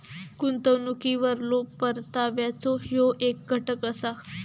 गुंतवणुकीवरलो परताव्याचो ह्यो येक घटक असा